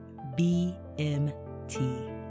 BMT